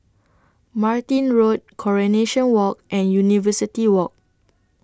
Martin Road Coronation Walk and University Walk